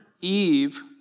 Eve